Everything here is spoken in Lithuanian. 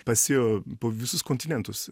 pasėjo po visus kontinentus